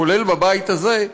כולל בבית הזה,